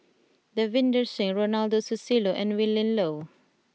Davinder Singh Ronald Susilo and Willin Low